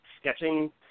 sketching